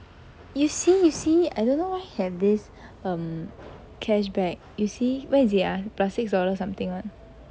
you see you see I don't know why I have this um cashback you see where is it ah plus six dollar something [one]